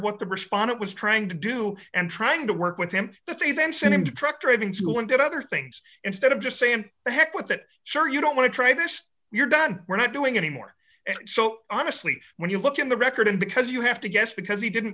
what the respondent was trying to do and trying to work with him but they then sent him to truck driving school and did other things instead of just saying the heck with it sure you don't try this your dad we're not doing any more and so honestly when you look at the record and because you have to guess because he didn't